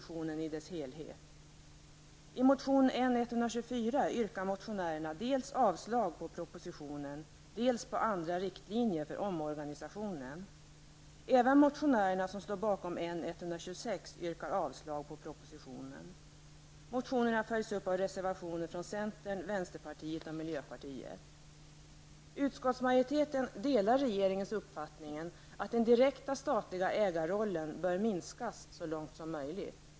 I motion N124 yrkar motionärerna dels avslag på propositionen, dels på andra riktlinjer för omorganisationen. Även motionärerna som står bakom motion N126 yrkar avslag på propositionen. Motionerna följs upp av reservationer från centern, vänsterpartiet och miljöpartiet. Utskottsmajoriteten delar regeringens uppfattning att den direkta statliga ägarrollen bör minskas så långt som möjligt.